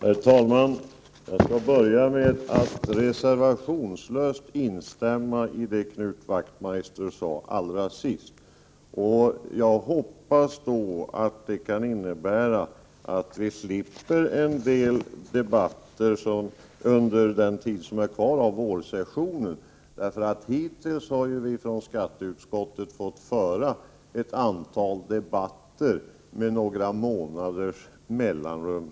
Herr talman! Jag skall börja med att reservationslöst instämma i det Knut Wachtmeister sade allra sist. Jag hoppas att det kan innebära att vi slipper en del debatter under den tid som är kvar av vårsessionen. Hittills har vi från skatteutskottet fått upprepa ett antal debatter med några månaders mellanrum.